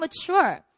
mature